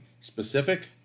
specific